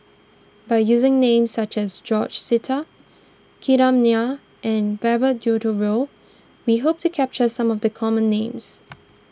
by using names such as George Sita Kram Nair and Herbert Eleuterio we hope to capture some of the common names